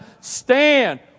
stand